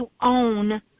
own